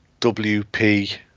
WP